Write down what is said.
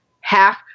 half